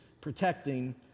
protecting